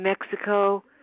Mexico